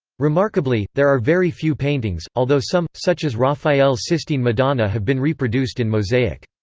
remarkably, there are very few paintings, although some, such as raphael's sistine madonna have been reproduced in mosaic.